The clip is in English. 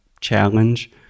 challenge